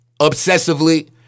obsessively